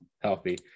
healthy